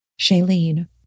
Shailene